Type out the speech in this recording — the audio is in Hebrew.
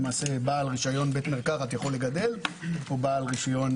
למעשה בעל רישיון בית מרקחת יכול לגדל או בעל רישיון